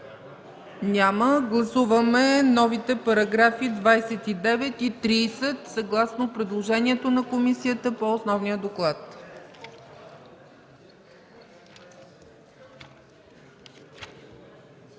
Няма. Гласуваме новите параграфи 29 и 30, съгласно предложението на комисията по Основния доклад.